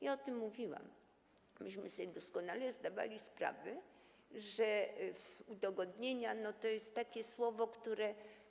Ja o tym mówiłam, myśmy sobie doskonale zdawali sprawę z tego, że „udogodnienia” to jest takie słowo, które.